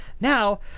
Now